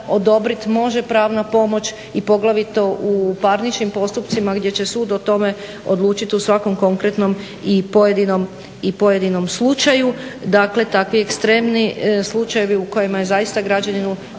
odobrit može pravna pomoć i poglavito u parničnim postupcima gdje će sud o tome odlučiti u svakom konkretnom i pojedinom slučaju. Dakle, takvi ekstremni slučajevi u kojima je zaista građaninu